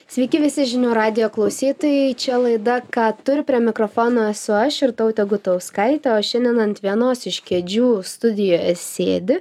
sveiki visi žinių radijo klausytojai čia laida ką tu ir prie mikrofono esu aš jurtautė gutauskaitė o šiandien ant vienos iš kėdžių studijoje sėdi